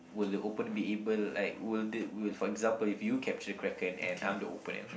would the opponent be able like will the will for example if you capture Kraken and I'm the opponent